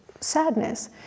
sadness